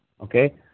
okay